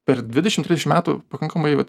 per dvidešim trišim metų pakankamai vat